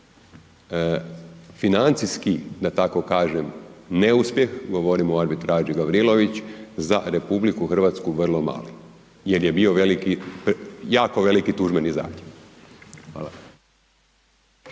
financijski, da tako kažem, neuspjeh, govorimo o arbitraži Gavrilović, za RH vrlo mali jel je bio veliki, jako veliki tužbeni zahtjev. Hvala.